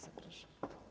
Zapraszam.